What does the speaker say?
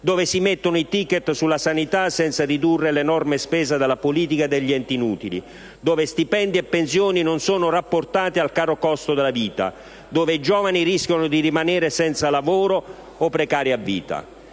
Dove si mettono i *ticket* sulla sanità senza ridurre l'enorme spesa della politica e degli enti inutili? Dove stipendi e pensioni non sono rapportati al caro costo della vita? Dove i giovani rischiano di rimanere senza un lavoro o precari a vita?».